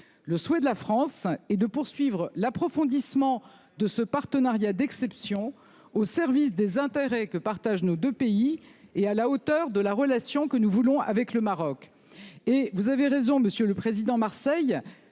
Le souhait de la France est de poursuivre l'approfondissement de ce partenariat d'exception au service des intérêts que partagent nos deux pays et à la hauteur de la relation que nous voulons avec le Maroc. Vous avez raison, monsieur le président Marseille,